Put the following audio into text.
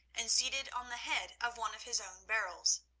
and seated on the head of one of his own barrels.